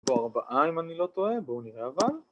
יש פה ארבעה אם אני לא טועה, בואו נראה אבל